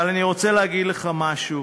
אבל אני רוצה להגיד לך משהו: